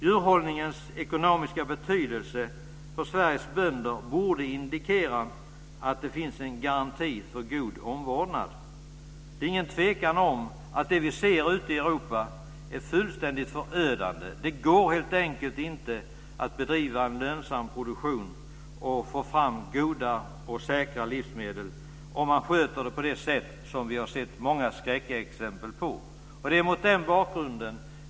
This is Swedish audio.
Djurhållningens ekonomiska betydelse för Sveriges bönder borde indikera att det finns en garanti för god omvårdnad. Det är ingen tvekan om att det som vi ser ute i Europa är fullständigt förödande. Det går helt enkelt inte att bedriva en lönsam produktion och få fram goda och säkra livsmedel, om man sköter denna på det sätt som vi har sett många skräckexempel på.